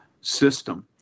system